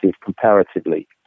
comparatively